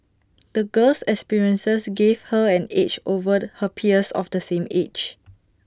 the girl's experiences gave her an edge over her peers of the same age